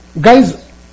Guys